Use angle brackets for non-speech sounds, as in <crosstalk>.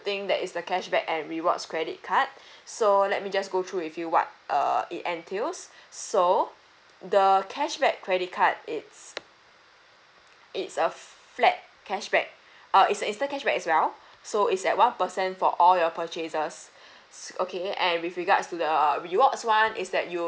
think that it's the cashback and rewards credit card <breath> so let me just go through with you what err it entails <breath> so the cashback credit card it's it's a flat cashback <breath> err it's a instant cashback as well so it's at one percent for all your purchases <breath> okay and with regards to the rewards one is that you will be